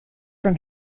from